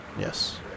Yes